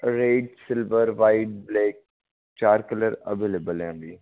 red silver white black चार colour available हैं अभी